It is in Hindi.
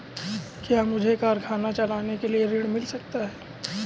क्या मुझे कारखाना चलाने के लिए ऋण मिल सकता है?